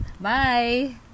Bye